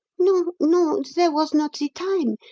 non, non! there was not ze time.